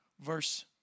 verse